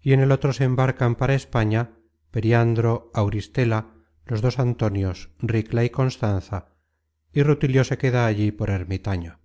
y en el otro se embarcan para españa periandro auristela los dos antonios ricla y constanza y rutilio se queda allí por ermitaño